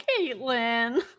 Caitlin